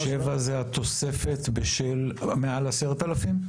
שבע זו התוספת מעל 10,000?